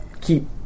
keep